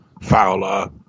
Fowler